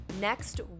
Next